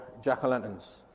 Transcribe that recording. jack-o'-lanterns